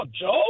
Joe